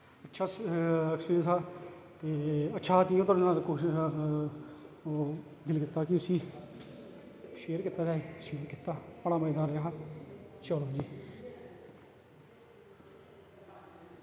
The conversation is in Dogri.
बस ऐक्सपिरिंयस हा ते अच्छा हा क्योंकि दिल कीता कि उसी शेयर कीता जाए बड़ा मज़ा आया चलो जी